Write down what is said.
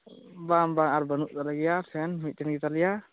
ᱵᱟᱝ ᱵᱟᱝ ᱟᱨ ᱵᱟᱹᱱᱩᱜ ᱟᱠᱟᱫ ᱜᱮᱭᱟ ᱯᱷᱮᱱ ᱢᱤᱫᱴᱮᱱ ᱜᱮᱛᱟᱞᱮᱭᱟ